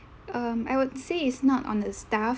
um I would say is not on the staff